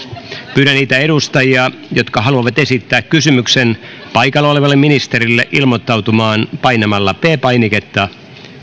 pyydän niitä edustajia jotka haluavat esittää kysymyksen paikalla olevalle ministerille ilmoittautumaan painamalla p painiketta